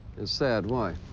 it's sad? why?